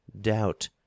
doubt